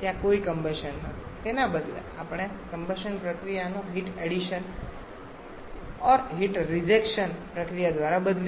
ત્યાં કોઈ કમ્બશન નથી તેના બદલે આપણે કમ્બશન પ્રક્રિયાને હીટ એડિશન પ્રક્રિયા દ્વારા બદલી રહ્યા છીએ અને ત્યાં પણ આપણે સપ્લાય અને એક્ઝોસ્ટ પ્રક્રિયાને હીટ રિજેક્શન પ્રક્રિયા દ્વારા બદલી છે